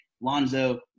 Lonzo